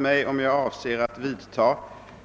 mig, om jag avser att vidta